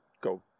go